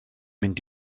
mynd